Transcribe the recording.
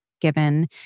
given